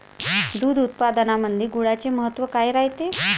दूध उत्पादनामंदी गुळाचे महत्व काय रायते?